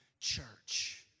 church